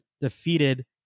defeated